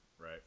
Right